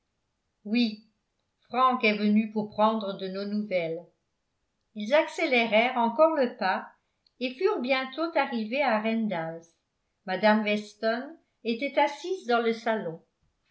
oui frank est venu pour prendre de nos nouvelles ils accélérèrent encore le pas et furent bientôt arrivés à randalls mme weston était assise dans le salon